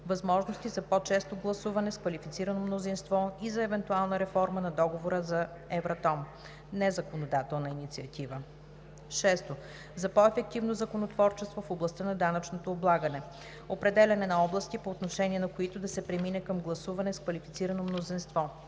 възможности за по-често гласуване с квалифицирано мнозинство и за евентуална реформа на Договора за Евратом (незаконодателна инициатива). 6. По-ефективно законотворчество в областта на данъчното облагане: определяне на области, по отношение на които да се премине към гласуване с квалифицирано мнозинство